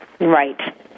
Right